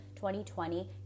2020